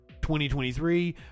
2023